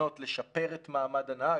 ניסיונות לשפר את מעמד הנהג